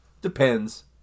depends